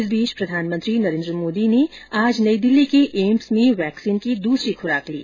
इस बीच प्रधानमंत्री नरेन्द्र मोदी में आज नई दिल्ली के एम्स में वैक्सीन की दूसरी खुराक ली